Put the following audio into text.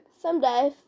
Someday